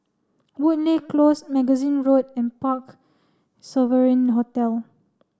Woodleigh Close Magazine Road and Parc Sovereign Hotel